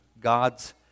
God's